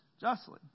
justly